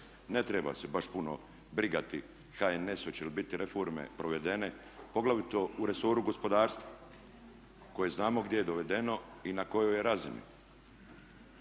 Ne treba se baš puno brigati HNS hoće li biti reforme provedene, poglavito u resoru gospodarstva koje znamo gdje je dovedeno i na kojoj je razini.